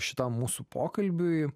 šitam mūsų pokalbiui